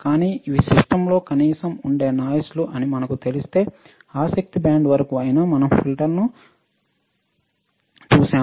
కానీ ఇవి సిస్టమ్లో కనీసం ఉండే నాయిస్లు అని మనకు తెలిస్తే ఆసక్తి బ్యాండ్ వరకు అయినా మనం ఫిల్టర్లను చూశాము